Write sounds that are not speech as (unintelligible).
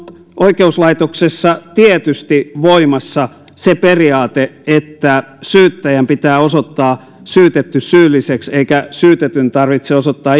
oikeuslaitoksessa tietysti voimassa se periaate että syyttäjän pitää osoittaa syytetty syylliseksi eikä syytetyn tarvitse osoittaa (unintelligible)